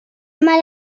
ama